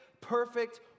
perfect